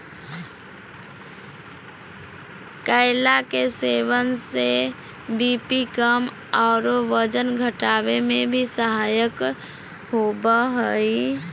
केला के सेवन से बी.पी कम आरो वजन घटावे में भी सहायक होबा हइ